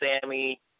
Sammy